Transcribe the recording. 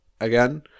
again